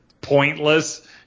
pointless